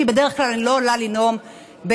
כי בדרך כלל אני לא עולה לנאום באי-אמון.